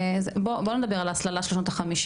בוא לא נדבר על ההסללה של שנות ה-50.